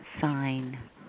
sign